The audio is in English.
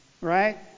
right